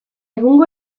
egungo